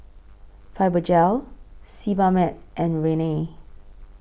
Fibogel Sebamed and Rene